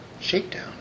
shakedown